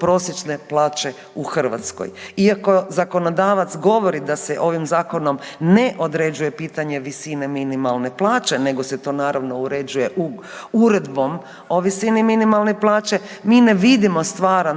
prosječne plaće u Hrvatskoj. Iako zakonodavac govori da se ovim Zakonom ne određuje pitanje visine minimalne plaće, nego se to naravno uređuje uredbom o visini minimalne plaće, mi ne vidimo stvaran razlog